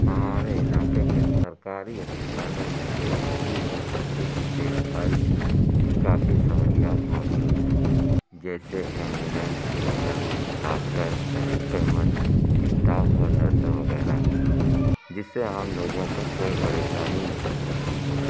ہمارے علاقے کے سرکاری اسپتالوں میں زچگی اور بچے کی دیکھ بھال کی کافی سہولیات موجود ہے جیسے ایمبولینس ہُنرمند داکٹر سلیقے مند اسٹاف اور نرسیں وغیرہ جس سے عام لوگوں کو کوئی پریشانی نہیں ہوتی ہے